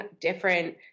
different